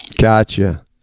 Gotcha